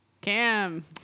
Cam